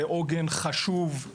זה עוגן חשוב,